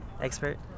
Expert